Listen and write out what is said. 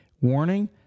warning